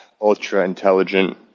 ultra-intelligent